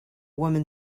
woman